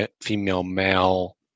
female-male